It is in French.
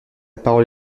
parole